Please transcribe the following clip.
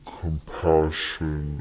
compassion